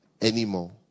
anymore